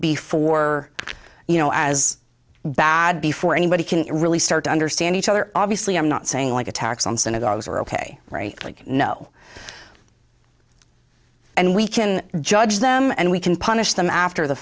before you know as bad before anybody can really start to understand each other obviously i'm not saying like attacks on synagogues are ok like no and we can judge them and we can punish them after the